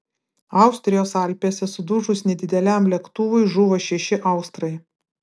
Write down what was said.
austrijos alpėse sudužus nedideliam lėktuvui žuvo šeši austrai